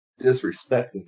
disrespecting